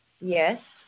yes